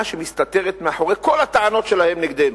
שמסתתרת מאחורי כל הטענות שלהם נגדנו,